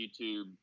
YouTube